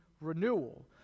renewal